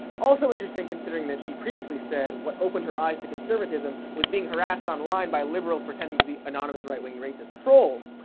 also interesting, interesting, considering that she previously said what opened her eyes to conservatism was being harassed online by liberals pretending to be anonymous right-wing racist trolls.